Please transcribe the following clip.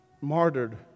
martyred